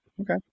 Okay